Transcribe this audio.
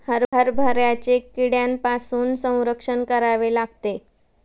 हरभऱ्याचे कीड्यांपासून संरक्षण करावे लागते